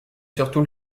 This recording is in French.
surtout